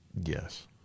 Yes